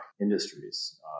Industries